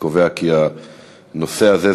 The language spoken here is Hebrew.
אני קובע כי הנושא הזה,